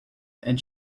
and